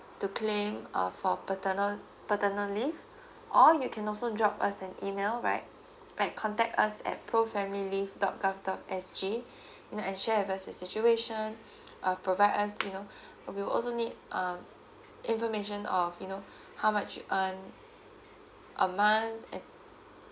to claim uh for paternal paternal leave or you can also drop us an email right like contact us at pro family leave dot gov dot S G you know and share with us the situation uh provide us you know we'll also need um information of you know how much you earn a month and